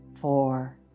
Four